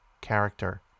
character